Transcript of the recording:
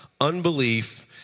unbelief